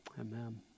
Amen